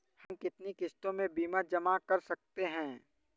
हम कितनी किश्तों में बीमा जमा कर सकते हैं?